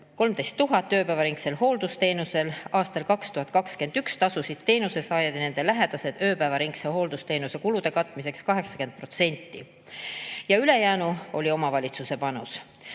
13 000 on ööpäevaringsel hooldusteenusel. Aastal 2021 tasusid teenuse saajad ja nende lähedased ööpäevaringse hooldusteenuse kuludest 80% ja ülejäänu oli omavalitsuse panus.